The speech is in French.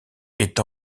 est